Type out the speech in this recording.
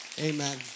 amen